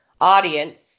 audience